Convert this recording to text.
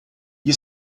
gli